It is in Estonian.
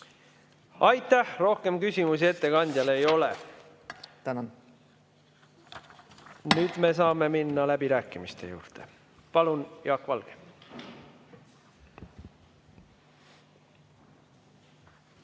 Aitäh! Rohkem küsimusi ettekandjale ei ole. Nüüd saame minna läbirääkimiste juurde. Palun, Jaak Valge!